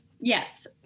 Yes